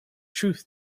truth